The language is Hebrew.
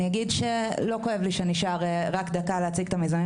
אני אומרת שלא נורא שנשארה רק דקה להציג את המיזמים